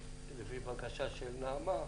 לפי הבקשה של נעמה קאופמן,